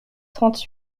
trente